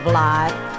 life